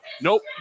Nope